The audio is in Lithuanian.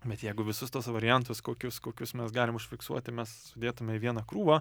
bet jeigu visus tuos variantus kokius kokius mes galim užfiksuot tai mes sudėtume į vieną krūvą